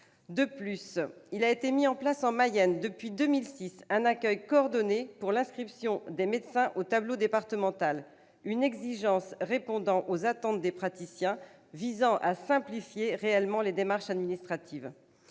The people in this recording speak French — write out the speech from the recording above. De plus, il a été mis en place en Mayenne, depuis 2006, un accueil coordonné pour l'inscription des médecins au tableau départemental, répondant ainsi à l'attente des praticiens et visant à simplifier réellement les démarches administratives.